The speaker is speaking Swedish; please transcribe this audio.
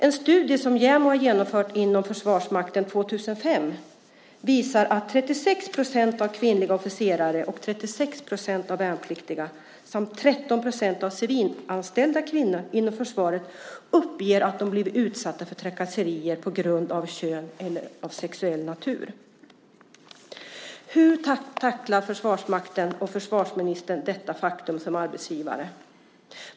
En studie som genomfördes inom Försvarsmakten 2005 visar att 36 % av kvinnliga officerare och 36 % av värnpliktiga samt 13 % av civilanställda kvinnor inom försvaret uppger att de har blivit utsatta för trakasserier på grund av kön eller av sexuell natur. Hur tacklar Försvarsmakten och förvarsministen detta faktum som arbetsgivare?